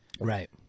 Right